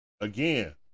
Again